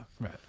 right